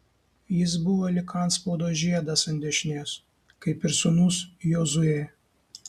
jis buvo lyg antspaudo žiedas ant dešinės kaip ir sūnus jozuė